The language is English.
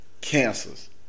Cancers